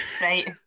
Right